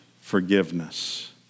forgiveness